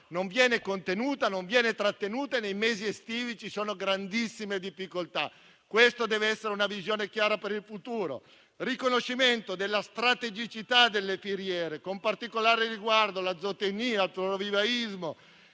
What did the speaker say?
non viene contenuta né trattenuta e nei mesi estivi ci sono grandissime difficoltà. Questa dev'essere una visione chiara per il futuro. Abbiamo chiesto il riconoscimento della strategicità delle filiere, con particolare riguardo alla zootecnia, al florovivaismo